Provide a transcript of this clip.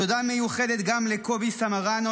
תודה מיוחדת גם לקובי סמרנו,